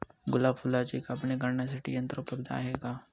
गुलाब फुलाची कापणी करण्यासाठी यंत्र उपलब्ध आहे का?